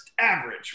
average